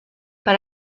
per